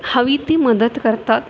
हवी ती मदत करतात